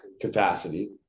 capacity